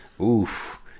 oof